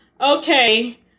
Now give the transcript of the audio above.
Okay